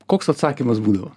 koks atsakymas būdavo